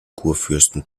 kurfürsten